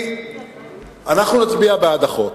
אנחנו נצביע בעד החוק.